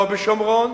לא בשומרון,